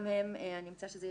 גם זה אני מציעה שזה